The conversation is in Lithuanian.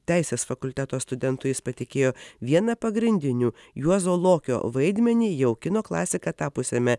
teisės fakulteto studentui jis patikėjo vieną pagrindinių juozo lokio vaidmenį jau kino klasika tapusiame